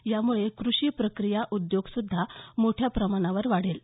यामुळे कृषी प्रक्रिया उद्योगसुद्धा मोठ्या प्रमाणावर वाढेल